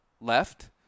left